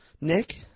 Nick